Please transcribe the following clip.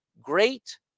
great